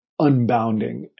unbounding